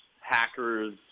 hackers